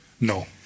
no